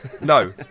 No